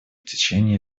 течение